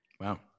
Wow